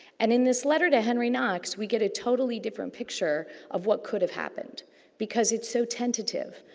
and, in this letter to henry knox, we get a totally different picture of what could've happened because it's so tentative.